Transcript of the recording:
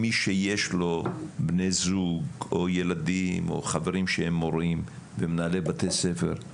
מי שיש לו בני זוג או ילדים או חברים שהם מורים ומנהלי בתי ספר,